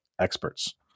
experts